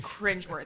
Cringeworthy